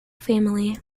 family